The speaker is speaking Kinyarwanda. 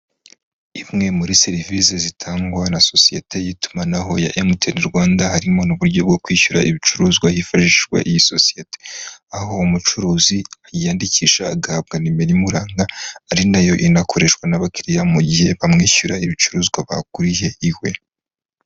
Imwe muri serivisi zitangwa na sosiyete y'itumanaho ya emutiyeni Rwanda, harimo n'uburyo bwo kwishyura ibicuruzwa hifashishwa iyi sosiyete, aho umucuruzi yiyandikisha agahabwa nimero imuranga, ari nayo inakoreshwa n'abakiriya mu gihe bamwishyura ibicuruzwa baguriye iwe.